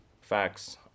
facts